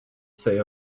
say